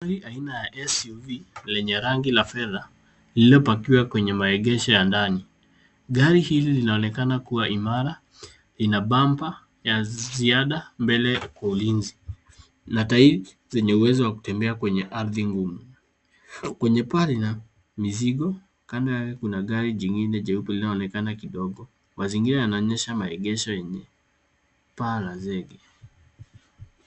Gari aina ya SUV lenye rangi la fedha lililopakiwa kwenye maegesho ya ndani. Gari hili linaonekana kuwa imara ina bumper ya ziada mbele kwa ulinzi, na tairi zenye uwezo wa kutembea kwenye ardhi ngumu. Kwenye paa lina mizigo, kando yake kuna gari jingine jeupe linaloonekana kidogo. Mazingira yanaonyesha maegesho yenye paa la zege.